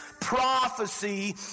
prophecy